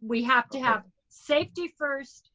we have to have safety first